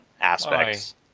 aspects